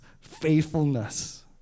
faithfulness